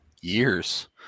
years